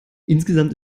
insgesamt